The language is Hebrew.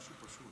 משהו פשוט.